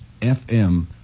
FM